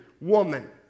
woman